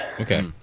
Okay